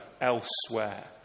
elsewhere